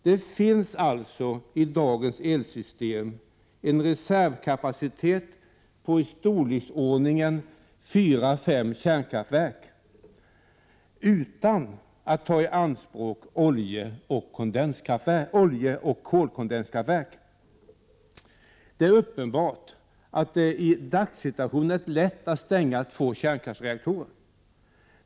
Det finns alltså i dagens elsystem en reservkapacitet av storleksordningen fyra fem kärnkraftverk — utan att ta i anspråk oljeoch kolkondenskraftverk. Det är uppenbart att det i dagssituationen är lätt att stänga två kärnkraftsreaktorer.